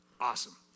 Awesome